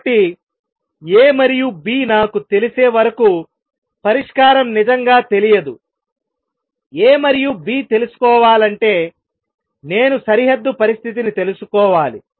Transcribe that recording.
కాబట్టి A మరియు B నాకు తెలిసే వరకు పరిష్కారం నిజంగా తెలియదుA మరియు B తెలుసుకోవాలంటే నేను సరిహద్దు పరిస్థితిని తెలుసుకోవాలి